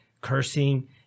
cursing